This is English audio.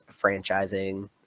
franchising